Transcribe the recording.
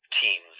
team